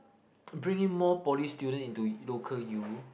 bring in more poly students into local U